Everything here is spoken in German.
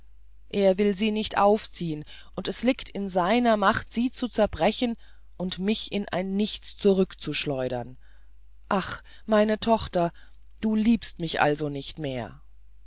er will sie nicht aufziehen und es liegt in seiner macht sie zu zerbrechen und mich in ein nichts zurückzuschleudern ach meine tochter du liebst mich also nicht mehr